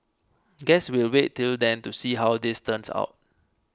guess we'll wait till then to see how this turns out